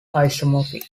isomorphic